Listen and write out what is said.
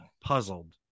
puzzled